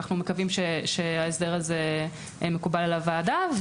אנחנו מקווים שההסדר הזה מקובל על הוועדה,